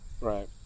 Right